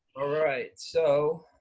all right, so.